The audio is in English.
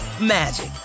magic